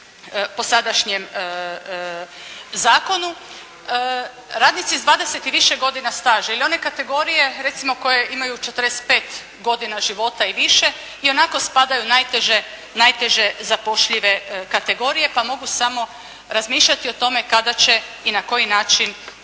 po sadašnjem zakonu. Radnici s 20 i više godina staža ili one kategorije recimo koje imaju 45 godina života i više ionako spadaju u najteže zapošljive kategorije, pa mogu samo razmišljati o tome kada će i na koji način